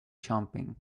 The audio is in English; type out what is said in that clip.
jumping